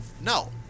No